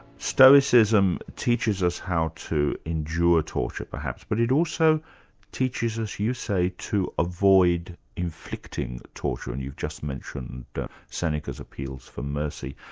stoicism teaches us how to endure torture, perhaps, but it also teaches us you say, to avoid inflicting torture, and you've just mentioned seneca's appeals for mercy.